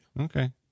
Okay